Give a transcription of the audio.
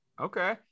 okay